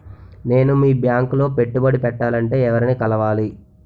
నేను మీ బ్యాంక్ లో పెట్టుబడి పెట్టాలంటే ఎవరిని కలవాలి?